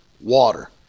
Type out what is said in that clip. water